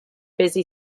busy